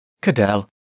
Cadell